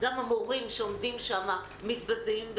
גם המורים שעומדים שם מתבזים,